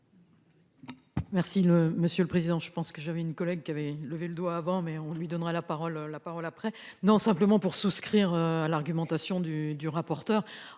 Merci le monsieur le Président, je pense que j'avais une collègue qui avait levé le doigt avant mais on lui donnera la parole, la parole après. Non, simplement pour souscrire à l'argumentation du du rapporteur.